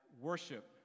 worship